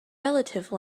relative